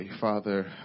Father